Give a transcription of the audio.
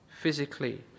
physically